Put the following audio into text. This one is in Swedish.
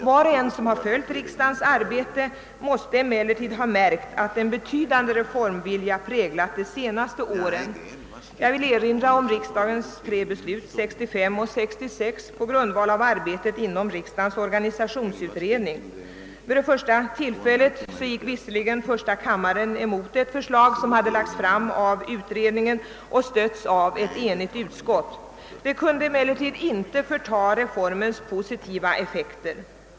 Var och en som följt riksdagens arbete måste emellertid ha märkt att de senaste åren präglats av en betydande reformvilja. Jag vill erinra om riksdagens tre beslut 1965 och 1966 på grundval av arbetet inom riksdagens organisationsutredning. Vid det första tillfället gick visserligen första kammaren emot ett förslag som framlagts av utredningen och stötts av ett enigt utskott. Detta kunde emellertid inte förta reformens positiva effekter.